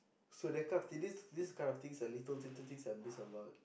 so that kind of thing this this kind of thing the little little things I miss a lot